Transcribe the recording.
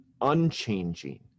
unchanging